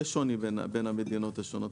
יש שוני בין המדינות השונות.